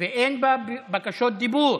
ואין בקשות דיבור.